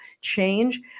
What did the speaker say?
change